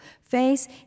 face